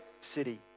city